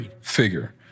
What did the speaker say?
figure